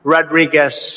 Rodriguez